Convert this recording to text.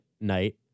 night